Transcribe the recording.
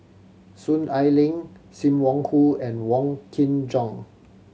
Soon Ai Ling Sim Wong Hoo and Wong Kin Jong